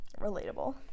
Relatable